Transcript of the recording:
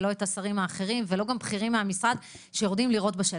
לא את השרים האחרים וגם לא בכירים מהמשרד שירדו לראות בשטח.